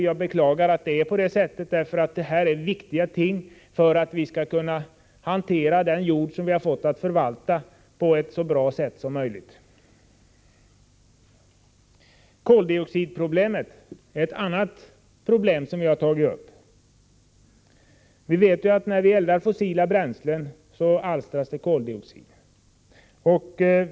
Jag beklagar det — detta är viktiga ting för att vi skall kunna hantera den jord som vi fått att förvalta på så bra sätt som möjligt. Koldioxidproblemet är ett annat problem som vi har tagit upp. När vi eldar med fossila bränslen vet vi att det alstras koldioxid.